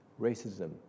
racism